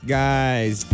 guys